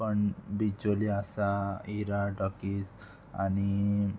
पण बिचोली आसा इरा टॉकीज आनी